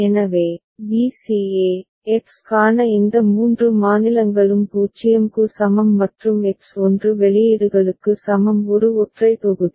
எனவே b c e X க்கான இந்த மூன்று மாநிலங்களும் 0 க்கு சமம் மற்றும் X 1 வெளியீடுகளுக்கு சமம் ஒரு ஒற்றை தொகுதி